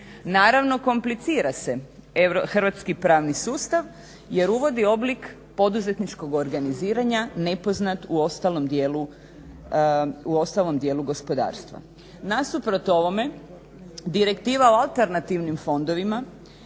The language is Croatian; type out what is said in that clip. Naravno, komplicira se hrvatski pravni sustav jer uvodi oblik poduzetničkog organiziranja nepoznat u ostalom dijelu gospodarstva. Nasuprot ovome Direktiva o alternativnim fondovima